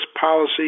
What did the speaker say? policy